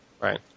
Right